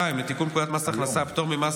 2. הצעת חוק לתיקון פקודת מס הכנסה (פטור ממס